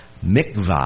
Mikvah